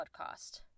podcast